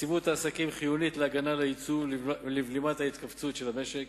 יציבות העסקים חיונית להגנה על היצוא ולבלימת ההתכווצות של המשק.